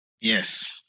yes